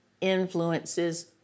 influences